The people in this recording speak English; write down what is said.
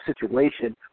situation